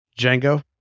Django